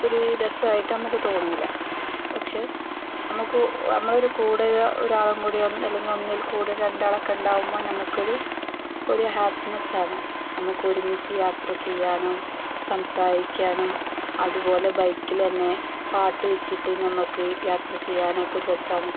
ഒരു രസമായിട്ട് നമുക്ക് തോന്നില്ല പക്ഷെ നമുക്ക് നമ്മുടെയൊരു കൂടെ ഒരാളും കൂടി അല്ലെങ്കില് ഒന്നിൽക്കൂടുതല് രണ്ടാളൊക്കെയുണ്ടാകുമ്പോള് നമുക്കത് ഒരു ഹാപ്പിനെസാണ് നമുക്ക് ഒരുമിച്ച് യാത്ര ചെയ്യാനും സംസാരിക്കാനും അതുപോലെ ബൈക്കില് തന്നെ പാട്ട് വെച്ചിട്ട് നമുക്ക് യാത്ര ചെയ്യാനുമൊക്കെ ഒരു രസമാണ്